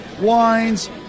wines